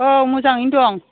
औ मोजाङैनो दं